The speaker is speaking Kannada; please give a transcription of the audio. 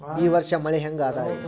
ಈ ವರ್ಷ ಮಳಿ ಹೆಂಗ ಅದಾರಿ?